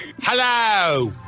Hello